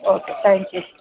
okay thank you